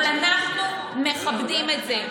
אבל אנחנו מכבדים את זה.